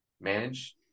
manage